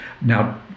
Now